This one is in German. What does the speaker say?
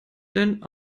denn